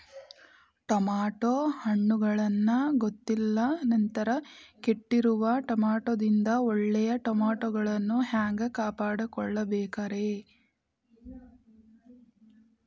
Tomato ಹಣ್ಣುಗಳನ್ನ ಗೊತ್ತಿಲ್ಲ ನಂತರ ಕೆಟ್ಟಿರುವ ಟಮಾಟೊದಿಂದ ಒಳ್ಳೆಯ ಟಮಾಟೊಗಳನ್ನು ಹ್ಯಾಂಗ ಕಾಪಾಡಿಕೊಳ್ಳಬೇಕರೇ?